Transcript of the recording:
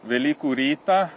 velykų rytą